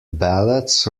ballads